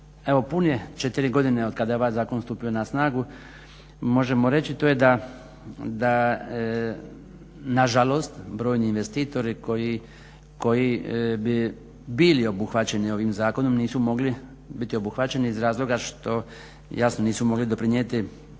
evo pune 4 godine otkada je ovaj zakon stupio na snagu možemo reći to je da nažalost brojni investitori koji bi bili obuhvaćeni ovim zakonom nisu mogli biti obuhvaćeni iz razloga što jasno nisu mogli doprinijeti